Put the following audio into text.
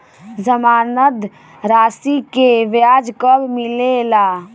जमानद राशी के ब्याज कब मिले ला?